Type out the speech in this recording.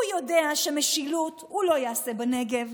הוא יודע שמשילות הוא לא יעשה בנגב,